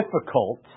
difficult